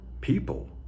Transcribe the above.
people